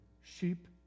sheep